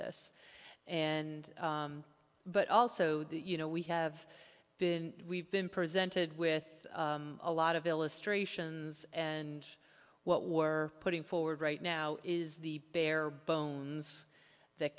this and but also that you know we have been we've been presented with a lot of illustrations and what we're putting forward right now is the bare bones that